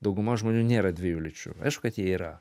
dauguma žmonių nėra dviejų lyčių aišku kad jie yra